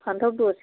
फान्थाव दस